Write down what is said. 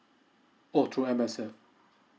oh through M_S_F